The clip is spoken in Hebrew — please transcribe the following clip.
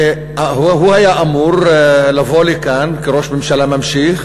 והוא היה אמור לבוא לכאן כראש ממשלה ממשיך